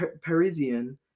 Parisian